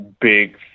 big